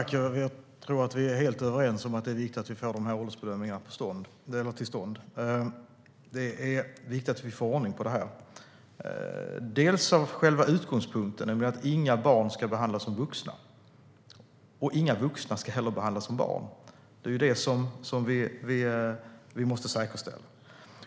Herr talman! Vi är helt överens om att det är viktigt att vi får åldersbedömningarna till stånd. Det är viktigt att vi får ordning i denna fråga. Det handlar bland annat om utgångspunkten att inga barn ska behandlas som vuxna. Inga vuxna ska heller behandlas som barn. Det är vad vi måste säkerställa.